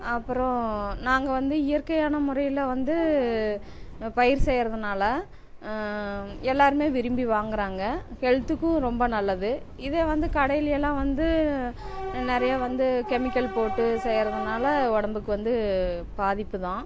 அப்புறம் நாங்கள் வந்து இயற்கையான முறையில் வந்து பயிர் செய்கிறதுனால எல்லாேருமே விரும்பி வாங்கிறாங்க ஹெல்த்துக்கும் ரொம்ப நல்லது இதே வந்து கடையில் எல்லாம் வந்து நிறைய வந்து கெமிக்கல் போட்டு செய்கிறதுனால உடம்புக்கு வந்து பாதிப்பு தான்